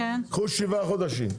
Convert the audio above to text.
קחו שבעה חודשים.